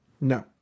No